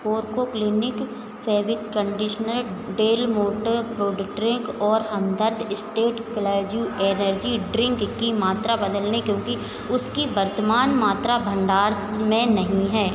पोरको clinic fabric conditioner Del Monte fruit drink और Hamdard instant क्लर्जी energy drink की मात्रा बदल लें क्योंकि उनकी वर्तमान मात्रा भंडार में नहीं है